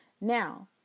now